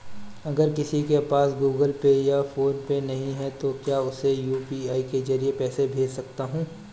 अगर किसी के पास गूगल पे या फोनपे नहीं है तो क्या मैं उसे यू.पी.आई के ज़रिए पैसे भेज सकता हूं?